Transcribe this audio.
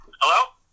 Hello